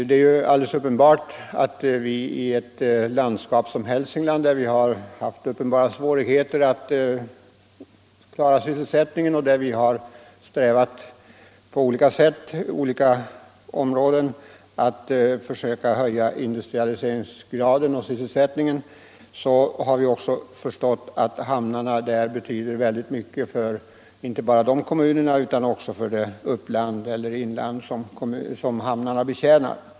Det är alldeles uppenbart att vi i ett landskap som Hälsingland, där vi har haft stora svårigheter att klara sysselsättningen och där vi i olika områden på olika sätt har försökt höja industrialiseringsgraden och sysselsättningen, också har förstått att hamnarna där betyder väldigt mycket, inte bara för de kommuner där de är belägna utan också för det uppland eller inland som hamnarna betjänar.